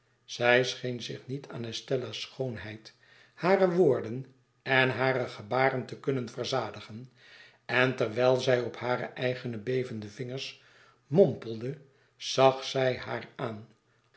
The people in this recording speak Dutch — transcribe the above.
zij scheen zich niet aan estella's schoonheid hare woorden en hare gebaren te kunnen verzadigen en terwijl zij op hare eigene bevende vingers mommelde zag zij haar aan